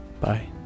Bye